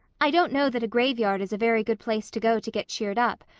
i don't know that a graveyard is a very good place to go to get cheered up,